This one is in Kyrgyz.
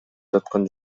жаткан